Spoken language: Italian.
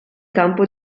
campo